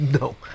No